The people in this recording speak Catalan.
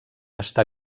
està